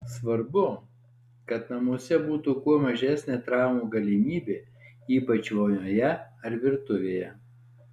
svarbu kad namuose būtų kuo mažesnė traumų galimybė ypač vonioje ar virtuvėje